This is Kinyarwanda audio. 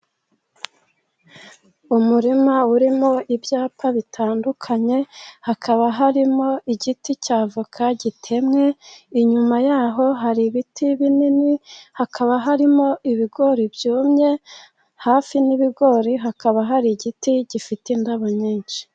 Umurima urimo ibyapa bitandukanye, hakaba harimo igiti cya avoka gitemwe, inyuma ya ho hari ibiti binini, hakaba harimo ibigori byumye, hafi n'ibigori hakaba hari igiti gifite indabo nyinshi.